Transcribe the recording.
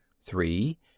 Three